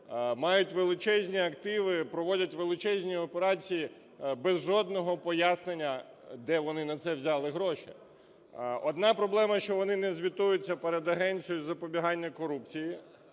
мають величезні активи, проводять величезні операції без жодного пояснення, де вони на це взяли гроші. Одна проблема, що вони не звітуються перед агенцією із запобігання корупції,